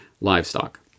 livestock